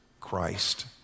Christ